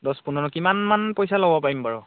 দহ পোন্ধৰ কিমানমান পইচা ল'ব পাৰিম বাৰু